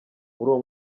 uwo